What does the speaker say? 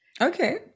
Okay